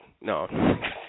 No